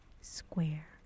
square